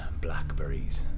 blackberries